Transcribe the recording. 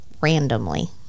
randomly